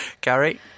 Gary